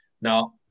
now